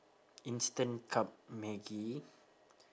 instant cup maggi